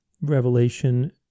Revelation